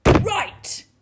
right